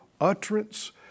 utterance